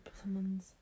someone's